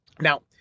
Now